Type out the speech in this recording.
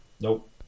Nope